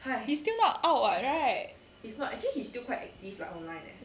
but he's still not out [what] right